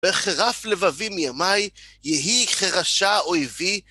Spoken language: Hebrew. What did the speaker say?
בחירף לבבים ימיי, יהי חירשה אויבי.